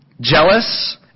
Jealous